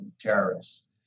terrorists